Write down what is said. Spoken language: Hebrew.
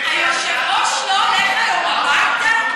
היושב-ראש לא הולך היום הביתה?